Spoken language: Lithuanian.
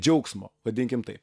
džiaugsmo vadinkim taip